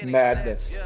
madness